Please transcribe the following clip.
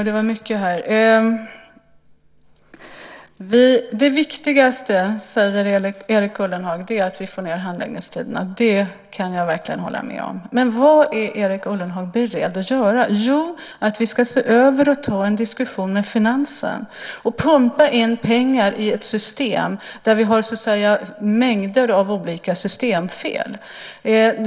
Herr talman! Erik Ullenhag säger att det viktigaste är att vi får ned handläggningstiderna. Det kan jag verkligen hålla med om. Men vad är Erik Ullenhag beredd att göra? Jo, det är att vi ska se över frågan, ta en diskussion med finansen och pumpa in pengar i ett system där det finns mängder av olika systemfel.